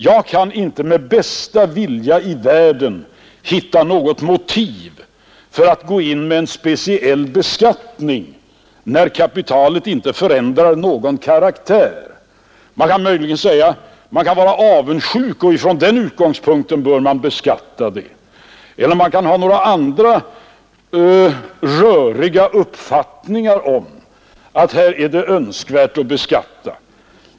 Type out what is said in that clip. Jag kan inte med bästa vilja i världen hitta något motiv för att gå in med en speciell beskattning när kapitalet inte förändrar sin karaktär. Möjligen kan man vara avundsjuk och från den utgångspunkten mena att det bör beskattas, eller man kan ha några andra, röriga uppfattningar om att här är det önskvärt att beskatta.